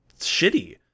shitty